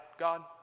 God